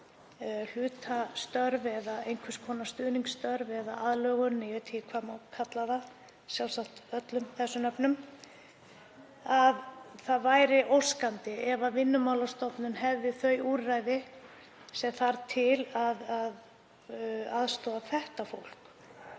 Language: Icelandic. hlutastarfi eða einhvers konar stuðningsstarfi eða aðlögun, ég veit ekki hvað má kalla það, sjálfsagt öllum þessum nöfnum. En það væri óskandi ef Vinnumálastofnun hefði þau úrræði sem þarf til að aðstoða þetta fólk